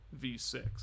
V6